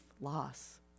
loss